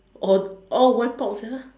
all all wiped out sia